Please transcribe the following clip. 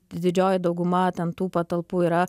didžioji dauguma ten tų patalpų yra